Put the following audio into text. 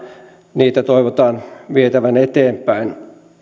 niitä toivotaan vietävän eteenpäin